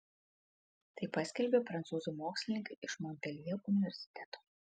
tai paskelbė prancūzų mokslininkai iš monpeljė universiteto